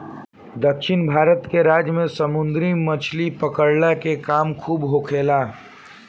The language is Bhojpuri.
दक्षिण भारत के राज्य में समुंदरी मछली पकड़ला के काम खूब होखेला